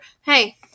Hey